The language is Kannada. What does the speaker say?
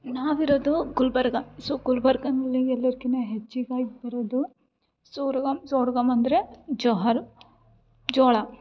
ನಾವಿರೋದು ಗುಲ್ಬರ್ಗ ಸೋ ಗುಲ್ಬರ್ಗನಲ್ಲಿ ಎಲ್ಲರ್ಕಿನ್ನ ಹೆಚ್ಚಿಗಾಗಿ ಬರೋದು ಸೊರುಗಮ್ ಸೊರ್ಗಮ್ ಅಂದರೆ ಜೋಹಾರ್ ಜೋಳ